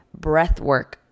breathwork